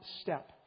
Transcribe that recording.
step